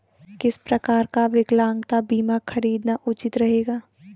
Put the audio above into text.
किस प्रकार का विकलांगता बीमा खरीदना उचित रहेगा?